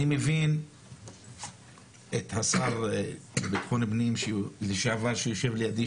אני מבין את השר לביטחון הפנים לשעבר שיושב לידי,